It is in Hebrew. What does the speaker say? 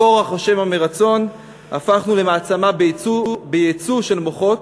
בכורח או שמא מרצון הפכנו למעצמה בייצוא של מוחות.